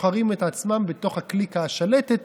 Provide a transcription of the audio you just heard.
בוחרים את עצמם בתוך הקליקה השלטת,